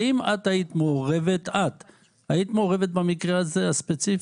האם את היית מעורבת במקרה הזה הספציפי?